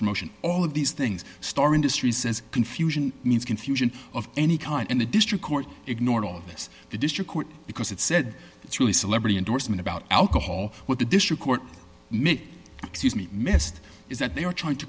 promotion all of these things store industries as confusion means confusion of any kind and the district court ignored all of this the district court because it said it's really celebrity endorsement about alcohol what the district court may missed is that they are trying to